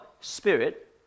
Spirit